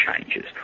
changes